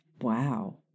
Wow